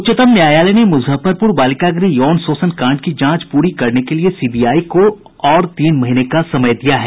उच्चतम न्यायालय ने मुजफ्फरपुर बालिका गृह यौन शोषण कांड की जांच पूरी करने के लिए सी बी आई को और तीन महीने का समय दिया है